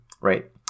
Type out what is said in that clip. right